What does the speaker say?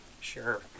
Sure